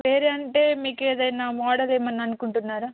వేరే అంటే మీకు ఏదైనా మోడల్ ఏమన్నా అనుకుంటున్నారా